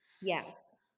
Yes